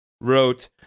wrote